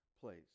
place